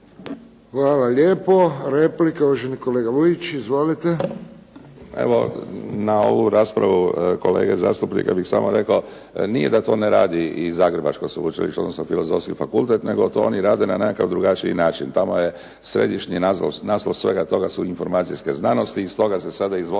Hvala lijepo. Replika uvaženi kolega Vujić. Izvolite. **Vujić, Antun (SDP)** Na ovu raspravu kolege zastupnika bih samo rekao. Nije da to ne radi i zagrebačko sveučilište odnosno Filozofski fakultet nego to oni rade na nekakav drugačiji način. Tamo je središnji naslov svega toga su Informacijske znanosti i iz toga se sada izvode